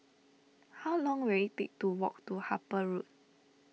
how long will it take to walk to Harper Road